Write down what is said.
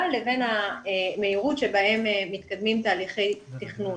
לבין המהירות שבהם מתקדמים תהליכי התכנון